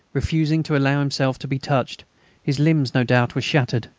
refusing to allow himself to be touched his limbs, no doubt, were shattered.